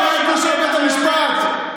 בית המשפט.